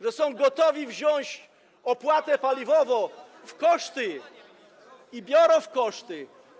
że są gotowi wziąć opłatę paliwową w koszty i biorą w koszty.